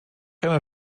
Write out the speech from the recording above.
einer